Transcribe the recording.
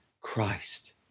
Christ